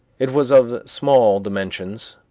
it was of small dimensions,